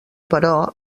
però